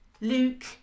Luke